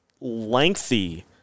lengthy